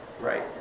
right